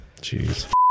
Jeez